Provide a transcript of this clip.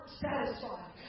satisfied